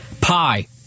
Pie